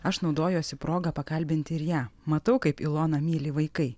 aš naudojuosi proga pakalbinti ir ją matau kaip iloną myli vaikai